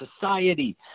society